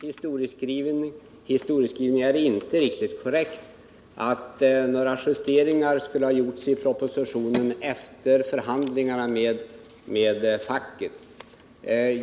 Herr talman! Herr Hugossons historieskrivning — att justeringar skulle ha gjorts i propositionen efter förhandlingar med facket — är inte riktigt korrekt.